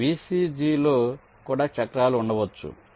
కాబట్టి VCG లో కూడా చక్రాలు ఉండవచ్చు